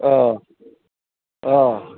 अह अह